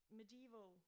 medieval